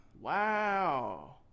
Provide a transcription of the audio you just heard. Wow